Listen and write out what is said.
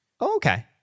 Okay